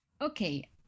Okay